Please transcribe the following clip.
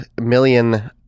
million